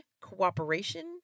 cooperation